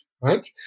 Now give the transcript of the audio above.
right